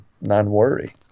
non-worry